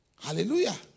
Hallelujah